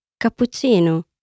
Cappuccino